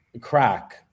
crack